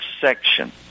section